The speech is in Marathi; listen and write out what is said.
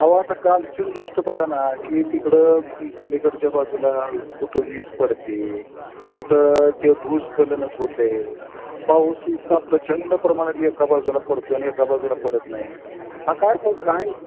अहो आता कालचीच गोष्ट बघा ना की तिकडं पलीकडच्या बाजूला कुठं वीज पडते कुठं ते भूस्खलनच होत आहे पाऊस इतका प्रचंड प्रमाणात एका बाजूला पडत आहे आणि एका बाजूला पडत नाही हा काय प काय